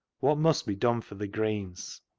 what must be done for the greens?